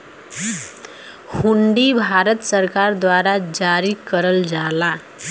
हुंडी भारत सरकार द्वारा जारी करल जाला